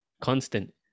constant